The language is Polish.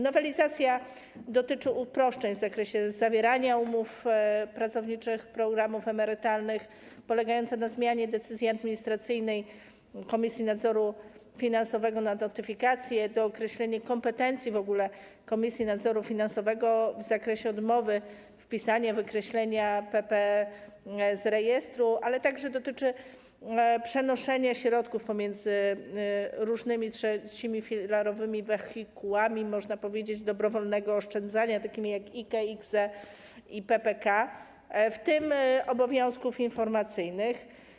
Nowelizacja dotyczy uproszczeń w zakresie zawierania umów pracowniczych programów emerytalnych polegająca na zmianie decyzji administracyjnej Komisji Nadzoru Finansowego na notyfikacje, dookreślenie kompetencji Komisji Nadzoru Finansowego w zakresie odmowy, wpisania, wykreślenia PPE z rejestru, ale także dotyczy przenoszenia środków pomiędzy różnymi trzeciofilarowymi wehikułami, można powiedzieć, dobrowolnego oszczędzania, takimi jak IKE, IKZE i PPK, w tym obowiązków informacyjnych.